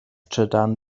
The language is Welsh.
trydan